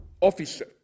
officer